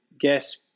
guess